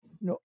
No